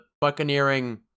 buccaneering